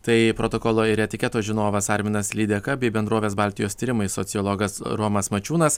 tai protokolo ir etiketo žinovas arminas lydeka bei bendrovės baltijos tyrimai sociologas romas mačiūnas